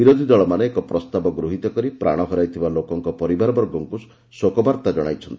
ବିରୋଧୀ ଦଳମାନେ ଏକ ପ୍ରସ୍ତାବ ଗୃହିତ କରି ପ୍ରାଣ ହରାଇଥିବା ଲୋକମାନଙ୍କ ପରିବାରବର୍ଗଙ୍କୁ ଶୋକବାର୍ତ୍ତା ଜଣାଇଛନ୍ତି